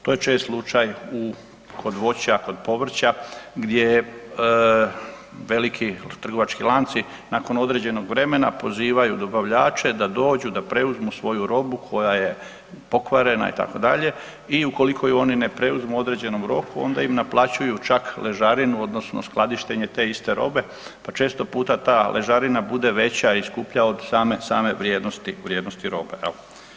To je čest slučaj u kod voća, kod povrća gdje veliki trgovački lanci nakon određenog vremena pozivaju dobavljače da dođu da preuzmu svoju robu koja je pokvarena itd. i ukoliko ju oni ne preuzmu u određenom roku onda im naplaćuju čak ležarinu odnosno skladištenje te iste robe, pa često puta ta ležarina bude veća i skuplja od same, same vrijednosti robe je.